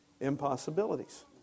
impossibilities